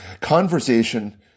conversation